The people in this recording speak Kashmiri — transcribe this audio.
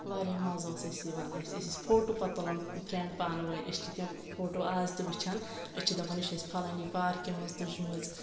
واریاہ مَزٕ اوس اَسہِ یِوان اَسہِ أسۍ ٲسۍ فوٹو پَتہٕ تُلَن فرٛؠنٛڈ پانہٕ ؤنۍ أسۍ چھِ تِم فوٹو آز تہِ وٕچھان أسۍ چھِ دَپان یہِ چھِ اَسہِ فَلٲنی پارکہِ منٛز تُجمٕژ